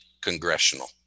congressional